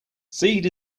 seed